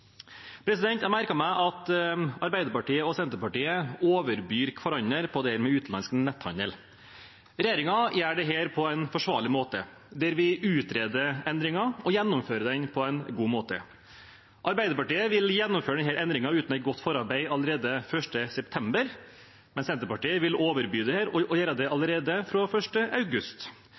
Jeg merker meg at Arbeiderpartiet og Senterpartiet overbyr hverandre når det gjelder utenlandsk netthandel. Regjeringen gjør dette på en forsvarlig måte. Vi utreder endringer og gjennomfører dem på en god måte. Arbeiderpartiet vil gjennomføre denne endringen, uten et godt forarbeid, allerede 1. september, mens Senterpartiet overbyr dette og vil gjøre det allerede fra 1. august.